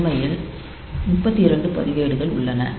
உண்மையில் 32 பதிவேடுகள் உள்ளன